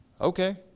Okay